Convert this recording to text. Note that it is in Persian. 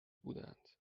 بودند